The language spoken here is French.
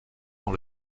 dans